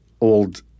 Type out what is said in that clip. old